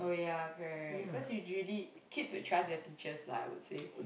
oh yeah correct cause usually kids would trust their teachers lah I would say